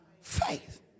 faith